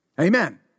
Amen